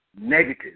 negative